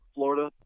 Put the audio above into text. Florida